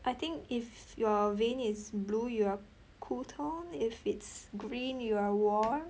I think if your vein is blue you are cool tone if it's green you are warm